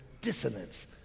dissonance